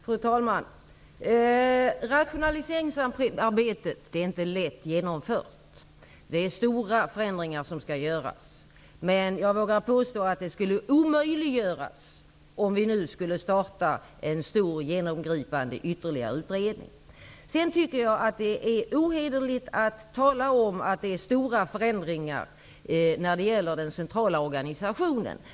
Fru talman! Rationaliseringsarbetet är inte lätt genomfört. Det är stora förändringar som skall göras. Men jag vågar påstå att det skulle omöjliggöras om vi nu skulle starta ytterligare en stor genomgripande utredning. Sedan tycker jag att det är ohederligt att tala om att det är fråga om stora förändringar när det gäller den centrala organisationen.